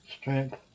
strength